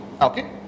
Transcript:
Okay